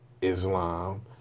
Islam